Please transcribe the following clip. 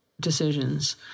decisions